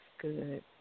good